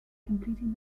completing